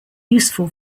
useful